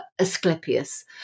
Asclepius